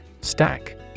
Stack